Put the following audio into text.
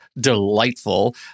delightful